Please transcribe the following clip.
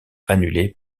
annulée